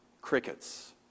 Crickets